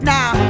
Now